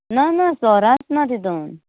ना ना सोरो आसना तितून